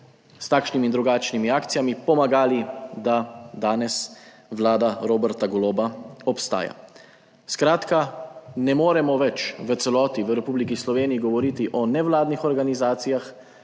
s takšnimi in drugačnimi akcijami pomagali, da danes vlada Roberta Goloba obstaja. Skratka, ne moremo več v celoti v Republiki Sloveniji govoriti o nevladnih organizacijah,